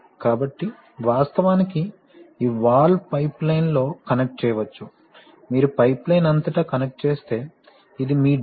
కాబట్టి వాస్తవానికి ఈ వాల్వ్ పైప్లైన్లో కనెక్ట్ చేయవచ్చు మీరు పైప్లైన్ అంతటా కనెక్ట్ చేస్తే ఇది మీ డ్రైన్